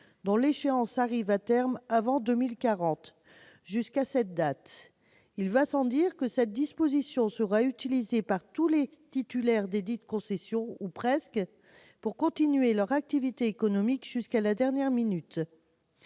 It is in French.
dont l'échéance arrive à terme avant 2040 jusqu'à cette date. Il va sans dire que cette disposition sera utilisée par tous les titulaires desdites concessions, ou presque, pour continuer leur activité économique jusqu'à la dernière minute.